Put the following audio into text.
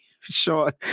Sure